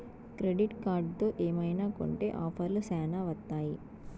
credit కార్డుతో ఏమైనా కొంటె ఆఫర్లు శ్యానా వత్తాయి